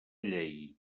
llei